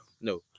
No